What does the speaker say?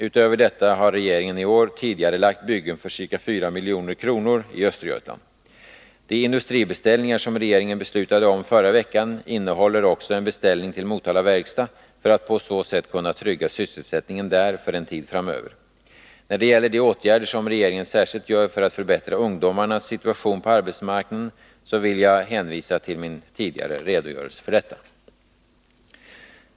Utöver detta har regeringen i år tidigarelagt byggen för ca 4 milj.kr. till Östergötland. De industribeställningar som regeringen beslutade om förra veckan innehåller också en beställning till Motala Verkstad för att på så sätt kunna trygga sysselsättningen där för en tid framöver. När det gäller de åtgärder som regeringen särskilt gör för att förbättra ungdomarnas situation på arbetsmarknaden vill jag hänvisa till min tidigare redogörelse för detta.